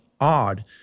odd